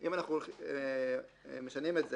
אם אנחנו משנים את זה